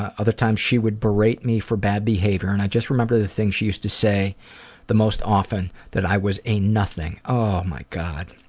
ah other times she would berate me for bad behavior and i just remember the things she used to say the most often, that i was a nothing. oh my god.